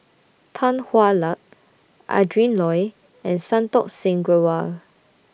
Tan Hwa Luck Adrin Loi and Santokh Singh Grewal